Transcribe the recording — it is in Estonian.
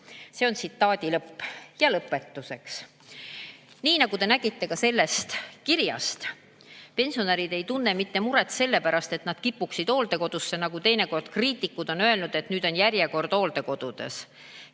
esimees. Lõpetuseks. Nii nagu te nägite ka sellest kirjast, pensionärid ei tunne muret mitte sellepärast, et nad kipuksid hooldekodusse, nagu teinekord kriitikud on öelnud, et nüüd on järjekord hooldekodudesse.